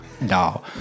no